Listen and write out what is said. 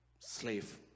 slave